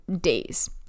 days